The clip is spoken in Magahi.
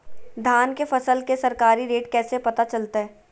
धान के फसल के सरकारी रेट कैसे पता चलताय?